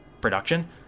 production